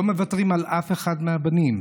לא מוותרים על אף אחד מהבנים,